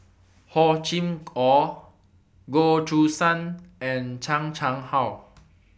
Hor Chim Or Goh Choo San and Chan Chang How